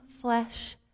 flesh